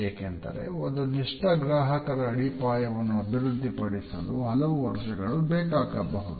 ಏಕೆಂದರೆ ಒಂದು ನಿಷ್ಠ ಗ್ರಾಹಕರ ಅಡಿಪಾಯವನ್ನು ಅಭಿವೃದ್ಧಿಪಡಿಸಲು ಹಲವು ವರ್ಷಗಳು ಬೇಕಾಗಬಹುದು